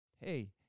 hey